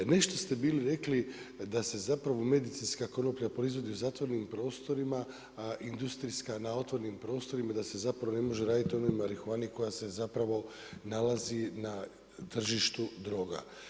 Nešto ste bili rekli da se zapravo medicinska konoplja proizvodi u zatvorenim prostorima, a industrijska na otvorenim prostorima da se zapravo ne može raditi o onoj marihuani koja se zapravo nalazi na tržištu droga.